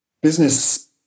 business